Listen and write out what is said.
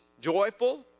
joyful